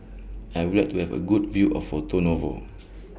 I Would like to Have A Good View of Porto Novo